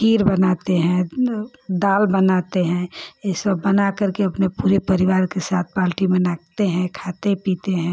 खीर बनाते हैं दाल बनाते हैं यह सब बना करके अपने पूरे परिवार के साथ पार्टी मनाते हैं खाते पीते हैं